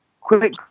Quick